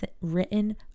written